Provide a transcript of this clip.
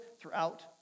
throughout